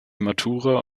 matura